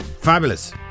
Fabulous